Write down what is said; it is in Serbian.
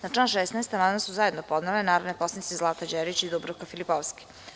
Na član 16. amandman su zajedno podnele narodni poslanici Zlata Đerić i Dubravka Filipovski.